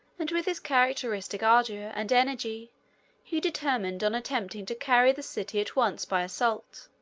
and with his characteristic ardor and energy he determined on attempting to carry the city at once by assault.